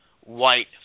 white